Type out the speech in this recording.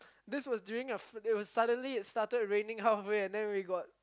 this was during a f~ it started raining halfway and then we got